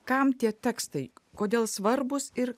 kam tie tekstai kodėl svarbūs ir